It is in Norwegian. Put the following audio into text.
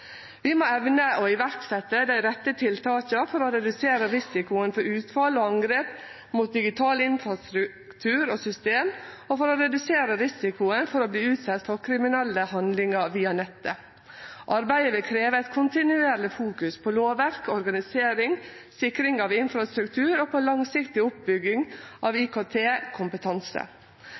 Vi må evne å setje i verk dei rette tiltaka for å redusere risikoen for utfall og angrep mot digital infrastruktur og system, og for å redusere risikoen for å verte utsett for kriminelle handlingar via nettet. Arbeidet vil krevje eit kontinuerleg fokus på lovverk, organisering, sikring av infrastruktur og ei langsiktig oppbygging av